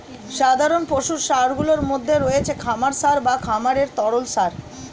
সাধারণ পশু সারগুলির মধ্যে রয়েছে খামার সার বা খামারের তরল সার